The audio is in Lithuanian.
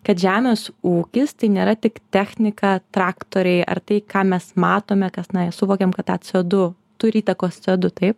kad žemės ūkis tai nėra tik technika traktoriai ar tai ką mes matome kas na i suvokiam kad tą c o du turi įtakos c o du tai